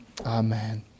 Amen